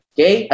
Okay